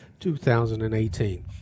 2018